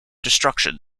destruction